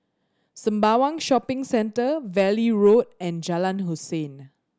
Sembawang Shopping Centre Valley Road and Jalan Hussein